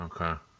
Okay